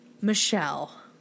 Michelle